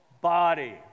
body